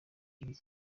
ibi